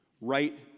right